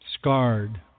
scarred